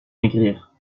maigrir